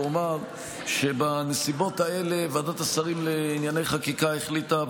ואומר שבנסיבות האלה ועדת השרים לענייני חקיקה החליטה,